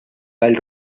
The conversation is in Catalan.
tall